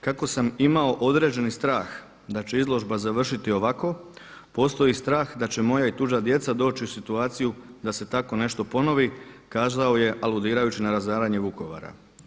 Kako sam imao određeni strah da će izložba završiti ovako, postoji strah da će moja i tuđa djeca doći u situaciju da se takvo nešto ponovi, kazao je aludirajući na razaranje Vukovara.